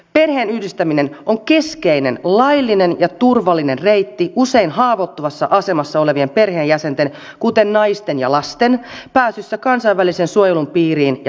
perheenyhdistäminen on keskeinen laillinen ja turvallinen reitti usein haavoittuvassa asemassa olevien perheenjäsenten kuten naisten ja lasten pääsyssä kansainvälisen suojelun piiriin ja perheensä luo